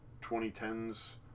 2010s